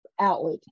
outlet